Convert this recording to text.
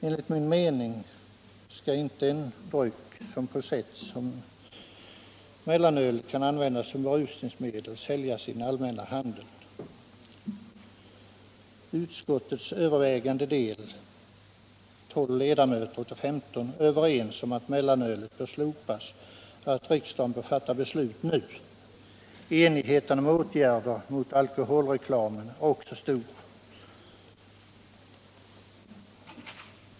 Enligt min mening skall inte en dryck som mellanölet, som används som berusningsmedel, säljas i den allmänna handeln. Utskottets övervägande del, 12 ledamöter av 15, är överens om att mellanölet bör slopas och att riksdagen bör fatta beslut nu. Enigheten om åtgärder mot alkoholreklamen är också stor.